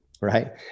right